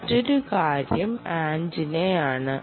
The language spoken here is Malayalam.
മറ്റൊരു കാര്യം ആന്റിനയാണ്